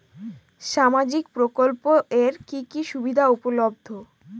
সামাজিক প্রকল্প এর কি কি সুবিধা উপলব্ধ?